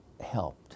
helped